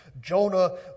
Jonah